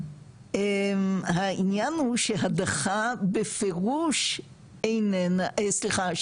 העניין הוא שהדחה בפירוש איננה סליחה,